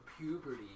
puberty